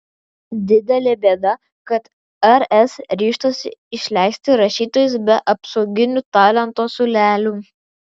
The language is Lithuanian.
didelė bėda kad rs ryžtasi išleisti rašytojus be apsauginių talento siūlelių